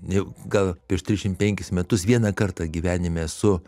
jau gal prieš trisdešimt penkis metus vieną kartą gyvenime esu